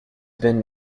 been